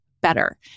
better